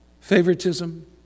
favoritism